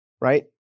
right